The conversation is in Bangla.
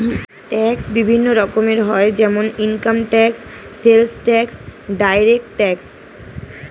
ট্যাক্স বিভিন্ন রকমের হয় যেমন income tax, sales tax, direct tax